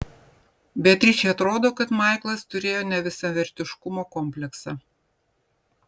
beatričei atrodo kad maiklas turėjo nevisavertiškumo kompleksą